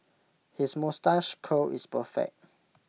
his moustache curl is perfect